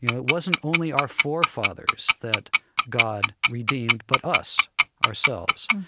you know it wasn't only our forefathers that god redeemed, but us ourselves.